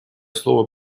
слово